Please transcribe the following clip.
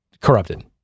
corrupted